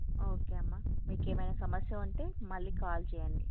okay అమ్మ మీకేమైనా సమస్య ఉంటే మళ్ళీ కాల్ చెయ్యండి